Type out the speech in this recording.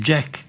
Jack